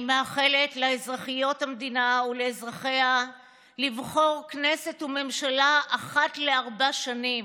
אני מאחלת לאזרחיות המדינה ולאזרחיה לבחור כנסת וממשלה אחת לארבע שנים,